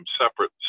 separate